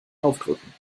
aufdrücken